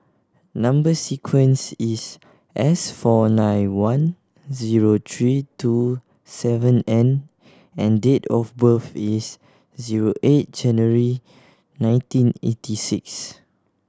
number sequence is S four nine one zero three two seven N and date of birth is zero eight January nineteen eighty six